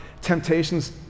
temptations